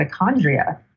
mitochondria